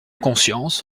conscience